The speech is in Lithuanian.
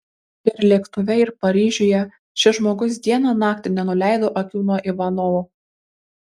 ir lėktuve ir paryžiuje šis žmogus dieną naktį nenuleido akių nuo ivanovo